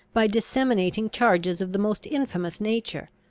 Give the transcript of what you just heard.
by disseminating charges of the most infamous nature,